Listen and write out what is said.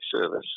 service